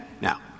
Now